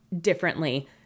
differently